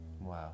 Wow